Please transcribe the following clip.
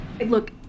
Look